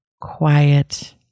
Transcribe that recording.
quiet